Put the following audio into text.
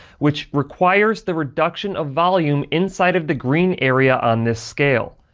which requires the reduction of volume inside of the green area on this scale.